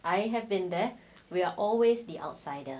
I have been there we're always the outsider